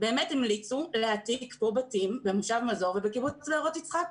באמת המליצו להעתיק בתים ממושב מזור ומקיבוץ בארות יצחק.